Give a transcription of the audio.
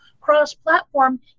cross-platform